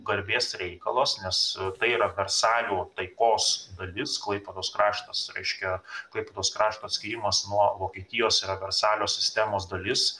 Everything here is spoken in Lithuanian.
garbės reikalas nes tai yra versalių taikos dalis klaipėdos kraštas raiškia klaipėdos krašto atskyrimas nuo vokietijos versalio sistemos dalis